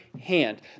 hand